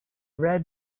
red